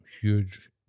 huge